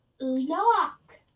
lock